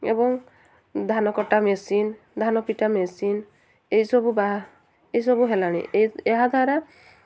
ଏବଂ ଧାନ କଟା ମେସିନ୍ ଧାନପିଟା ମେସିନ୍ ଏଇସବୁ ବାହା ଏଇସବୁ ହେଲାଣି ଏହାଦ୍ୱାରା